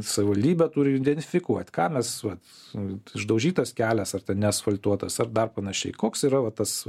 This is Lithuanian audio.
savivaldybė turi identifikuoti ką mes vat su išdaužytas kelias ar ten neasfaltuotas ar dar panašiai koks yra va tas